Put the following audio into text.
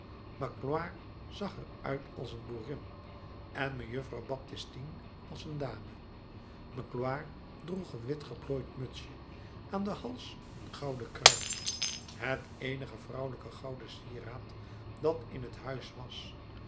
magloire zag er uit als een boerin en mejuffrouw baptistine als een dame magloire droeg een wit geplooid mutsje aan den hals een gouden kruis het eenige vrouwelijke gouden sieraad dat in het huis was